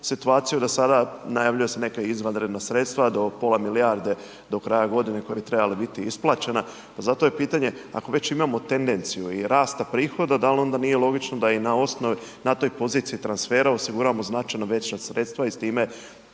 situaciju da sada najavljuju se neka izvanredna sredstva do pola milijarde do kraja godine koja bi trebala biti isplaćena. Pa zato je pitanje ako već imamo tendenciju rasta prihoda da li onda nije logično da na toj poziciji transfera osiguramo značajno veća sredstva i s time